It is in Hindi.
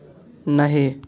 नहीं